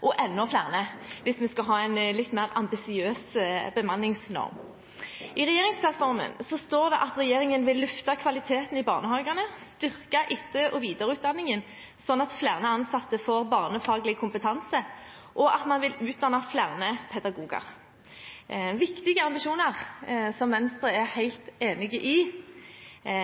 og enda flere hvis vi skal ha en litt mer ambisiøs bemanningsnorm. I regjeringsplattformen står det at regjeringen vil løfte kvaliteten i barnehagene, styrke etter- og videreutdanningen slik at flere ansatte får barnefaglig kompetanse, og utdanne flere pedagoger – viktige ambisjoner, som Venstre er helt enig i.